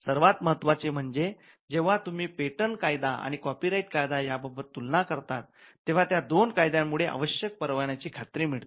सर्वात महत्वाचे म्हणजे जेंव्हा तुम्ही पेटंट कायदा आणि कॉपीराईट कायदा या बाबत तुलना करतात तेंव्हा त्या दोन कायद्या मुळे आवश्यक परवान्याची खात्री मिळते